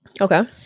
Okay